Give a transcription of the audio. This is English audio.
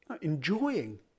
enjoying